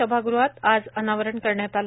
सभागृहात आज अनावरण करण्यात आलं